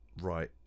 right